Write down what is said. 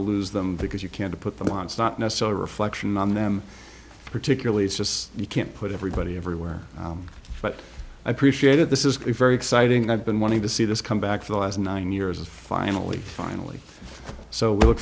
to lose them because you can't put them wants not necessarily reflection on them particularly it's just you can't put everybody everywhere but i appreciate that this is a very exciting i've been wanting to see this come back for the last nine years and finally finally so we look